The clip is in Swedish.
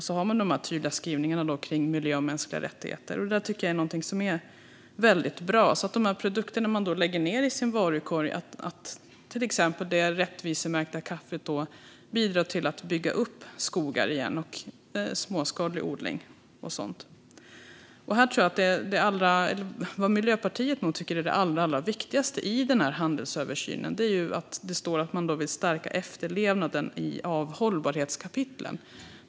Så har man de här tydliga skrivningarna kring miljö och mänskliga rättigheter. Det tycker jag är någonting väldigt bra, till exempel att det rättvisemärkta kaffet som man lägger i sin varukorg bidrar till småskalig odling och till att bygga upp skogar igen. Vad Miljöpartiet nog tycker är det allra viktigaste i den här handelsöversynen är att det står att man vill stärka efterlevnaden av hållbarhetskapitlen.